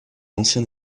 ancien